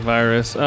Virus